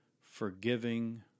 forgiving